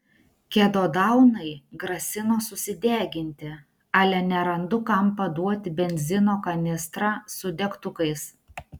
kedodaunai grasino susideginti ale nerandu kam paduoti benzino kanistrą su degtukais